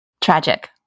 tragic